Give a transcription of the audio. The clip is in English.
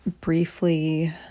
briefly